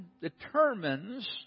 determines